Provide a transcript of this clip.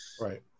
Right